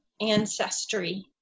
ancestry